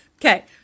okay